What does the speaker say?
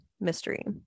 mystery